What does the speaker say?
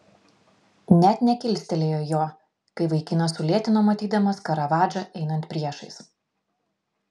net nekilstelėjo jo kai vaikinas sulėtino matydamas karavadžą einant priešais